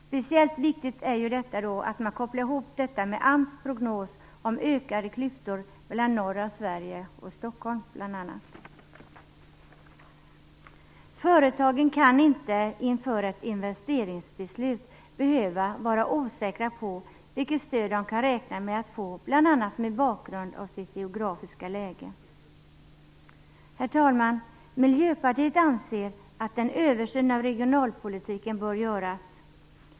Speciellt viktigt är att detta kopplas till Sverige och Stockholm. Företagen skall inte inför ett investeringsbeslut behöva vara osäkra på vilket stöd de kan räkna med att få, bl.a. mot bakgrund av det geografiska läget. Vi i Miljöpartiet anser att en översyn av regionalpolitiken bör göras.